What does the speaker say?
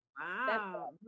wow